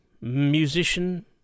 musician